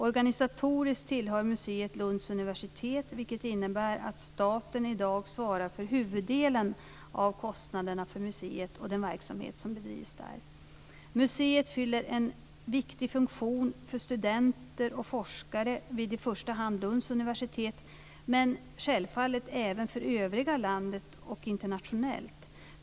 Organisatoriskt tillhör museet Lunds universitet, vilket innebär att staten i dag svarar för huvuddelen av kostnaderna för museet och den verksamhet som bedrivs där. Museet fyller en viktig funktion för studenter och forskare vid i första hand Lunds universitet, men självfallet även för övriga landet och internationellt.